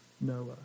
Noah